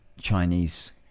Chinese